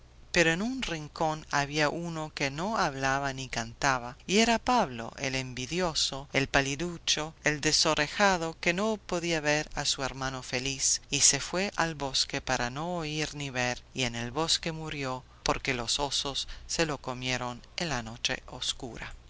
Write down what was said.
pero en un rincón había uno que no hablaba ni cantaba y era pablo el envidioso el paliducho el desorejado que no podía ver a su hermano feliz y se fue al bosque para no oír ni ver y en el bosque murió porque los osos se lo comieron en la noche oscura